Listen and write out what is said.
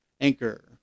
Anchor